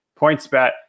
PointsBet